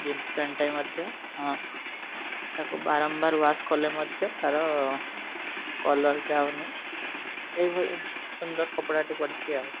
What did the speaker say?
jeans ପ୍ୟାଣ୍ଟ୍ଟା ବି ମଧ୍ୟ ହଁ ତାକୁ ବାରମ୍ବାର ୱାସ୍ କଲେ ମଧ୍ୟ ତା'ର କଲର୍ ଯାଉନି ଏଇ ଭଳିଆ ସୁନ୍ଦର କପଡ଼ାଟି ପଡ଼ିଛି ଆଉ